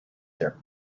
their